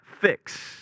fix